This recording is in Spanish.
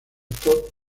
todd